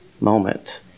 moment